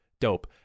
Dope